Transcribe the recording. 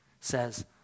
says